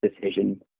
decision